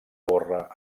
gorra